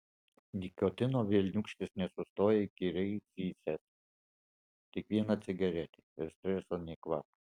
nikotino velniūkštis nenustoja įkyriai zyzęs tik viena cigaretė ir streso nė kvapo